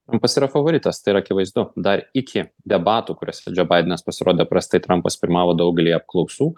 trumpas yra favoritas tai yra akivaizdu dar iki debatų kuriuose džo badenas pasirodė prastai trampas pirmavo daugelyje apklausų